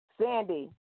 Sandy